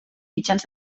mitjans